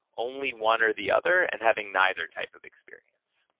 only one or the other, and having neither type of experience.